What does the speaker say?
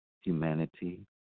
humanity